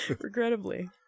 Regrettably